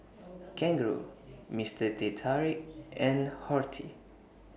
Kangaroo Mister Teh Tarik and Horti